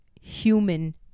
human